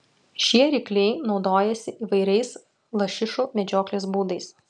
šie rykliai naudojasi įvairiais lašišų medžioklės būdais